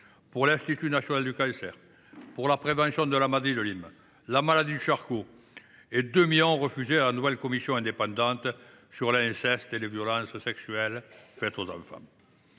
pour l’Institut national du cancer (Inca), la prévention de la maladie de Lyme, la maladie de Charcot. Par ailleurs, 2 millions d’euros ont été refusés à la nouvelle commission indépendante sur l’inceste et les violences sexuelles faites aux enfants